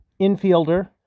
infielder